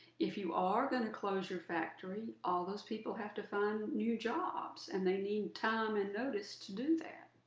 if you are going to close your factory, all those people have to find new jobs and they need time and notice to do that.